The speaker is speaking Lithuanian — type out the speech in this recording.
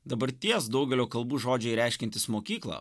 dabarties daugelio kalbų žodžiai reiškiantys mokyklą